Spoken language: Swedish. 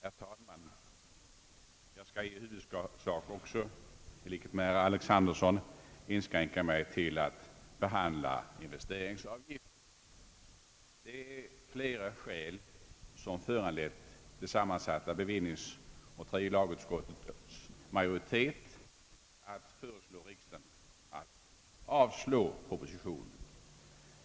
Herr talman! Liksom herr Alexanderson skall jag också i huvudsak inskränka mig till att behandla frågan om investeringsavgiften. Det är flera skäl som föranlett det sammansatta bevillningsoch tredje lagutskottets majoritet att föreslå riksdagen att avslå propositionen.